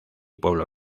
pueblo